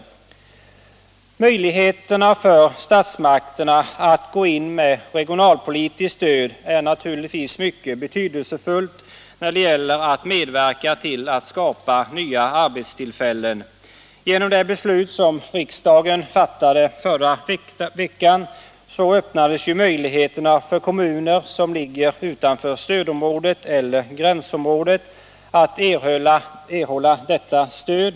I Möjligheterna för statsmakterna att gå in med regionalpolitiskt stöd Om sysselsättningsär naturligtvis mycket betydelsefulla när det gäller att skapa nya arbets — främjande åtgärder tillfällen. Genom det beslut som riksdagen fattade förra veckan öppnades — inom Nässjö ju möjligheterna för kommuner som ligger utanför stödområdet eller kommun gränsområdet att erhålla detta stöd.